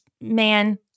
man